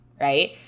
right